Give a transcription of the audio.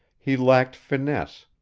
he lacked finesse,